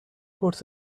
puts